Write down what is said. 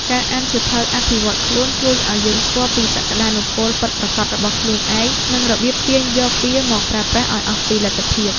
ការអានសៀវភៅអភិវឌ្ឍខ្លួនជួយឱ្យយើងស្គាល់ពីសក្ដានុពលពិតប្រាកដរបស់ខ្លួនឯង និងរបៀបទាញយកវាមកប្រើប្រាស់ឱ្យអស់ពីលទ្ធភាព។